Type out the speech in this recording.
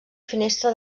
finestra